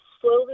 slowly